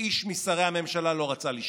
ואיש משרי הממשלה לא רצה לשמוע.